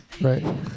Right